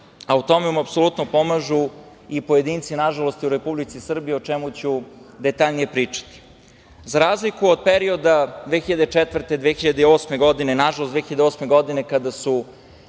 a u tome mu apsolutno pomažu i pojedinci u Republici Srbiji, o čemu ću detaljnije pričati.Za razliku od perioda 2004-2008. godine, nažalost, 2008. godine kada su